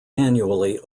annually